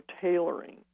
tailoring